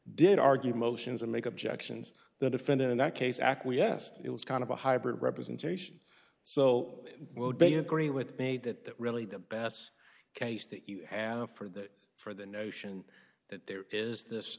did argue motions and make objections the defendant in that case acquiesced it was kind of a hybrid representation so would be agree with me that that really the best case to have for the for the notion that there is this